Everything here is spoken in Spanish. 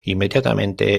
inmediatamente